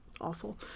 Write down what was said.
awful